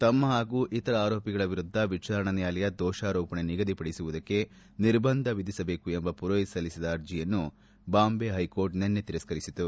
ತಮ್ನ ಹಾಗೂ ಇತರ ಆರೋಪಿಗಳ ವಿರುದ್ದ ವಿಚಾರಣಾ ನ್ನಾಯಾಲಯ ದೋಷಾರೋಪಣೆ ನಿಗದಿಪಡಿಸುವುದಕ್ಕೆ ನಿರ್ಬಂಧ ವಿಧಿಸಬೇಕು ಎಂಬ ಪುರೋಹಿತ್ ಸಲ್ಲಿಸಿದ್ದ ಅರ್ಜೆಯನ್ನು ಬಾಂಬೆ ಹೈಕೋರ್ಟ್ ನಿನ್ನೆ ತಿರಸ್ತರಿಸಿತು